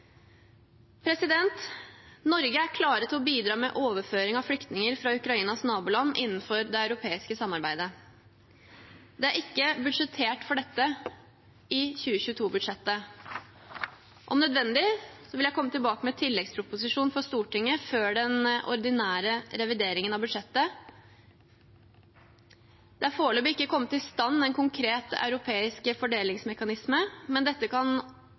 Norge er klar til å bidra med overføring av flyktninger fra Ukrainas naboland innenfor det europeiske samarbeidet. Det er ikke budsjettert for dette i 2022-budsjettet. Om nødvendig vil jeg komme tilbake med en tilleggsproposisjon for Stortinget før den ordinære revideringen av budsjettet. Det er foreløpig ikke kommet i stand en konkret europeisk fordelingsmekanisme, men dette kan